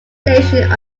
station